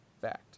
Fact